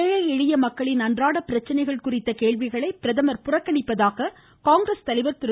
ஏழை எளிய மக்களின் அன்றாட பிரச்சனைகள் குறித்த கேள்விகளை பிரதமர் புறக்கணிப்பதாக காங்கிரஸ் தலைவர் திரு